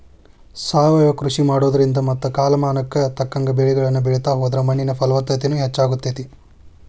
ಸಾವಯವ ಕೃಷಿ ಮಾಡೋದ್ರಿಂದ ಮತ್ತ ಕಾಲಮಾನಕ್ಕ ತಕ್ಕಂಗ ಬೆಳಿಗಳನ್ನ ಬೆಳಿತಾ ಹೋದ್ರ ಮಣ್ಣಿನ ಫಲವತ್ತತೆನು ಹೆಚ್ಚಾಗ್ತೇತಿ